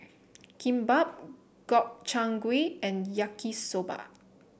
Kimbap Gobchang Gui and Yaki Soba